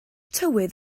tywydd